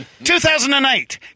2008